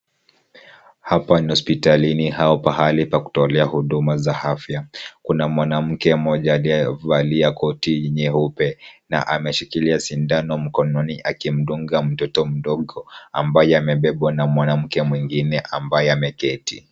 Hapa ni hospitalini au pahali pa kutolea huduma za afya. Kuna mwanamke mmoja aliyevalia koti nyeupe na ameshikilia sindano mkononi akimdunga mtoto mdogo ambaye amebebwa na mwanamke mwingine ambaye ameketi.